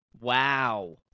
Wow